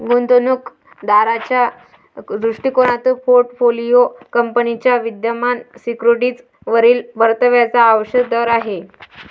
गुंतवणूक दाराच्या दृष्टिकोनातून पोर्टफोलिओ कंपनीच्या विद्यमान सिक्युरिटीजवरील परताव्याचा आवश्यक दर आहे